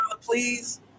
Please